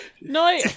No